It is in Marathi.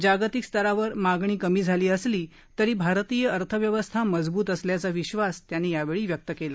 जागतिक स्तरावर मागणी कमी झाली असली तरी भारतीय अर्थव्यवस्था मजबूत असल्याचा विश्वास त्यांनी व्यक्त केला